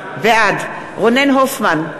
בעד רונן הופמן,